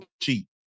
cheap